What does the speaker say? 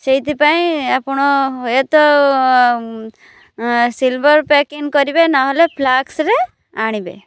ସେଇଥିପାଇଁ ଆପଣ ଏ ତ ସିଲଭର୍ ପ୍ୟାକିଙ୍ଗ କରିବେ ନହେଲେ ଫ୍ଲାସ୍କରେ ଆଣିବେ